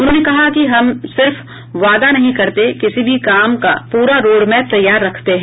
उन्होंने कहा कि हम सिर्फ वादा नहीं करते किसी भी काम का पूरा रोडमैप तैयार रखते हैं